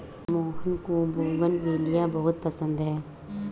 मोहन को बोगनवेलिया बहुत पसंद है